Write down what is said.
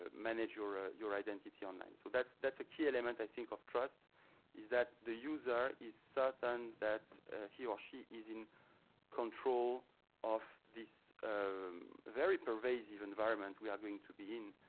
ah manage your ah your identity online. so that's that's a key element i think of trust is that the user is certain that he or she is in control of this um very pervasive environment we are going to be in